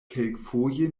kelkfoje